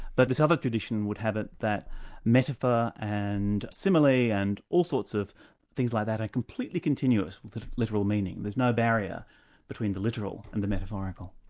but this other tradition would have it that metaphor metaphor and simile and all sorts of things like that are completely continuous with literal meaning, there's no barrier between the literal and the metaphorical.